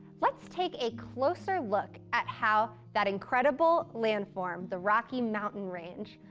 let's take a closer look at how that incredible landform, the rocky mountain range,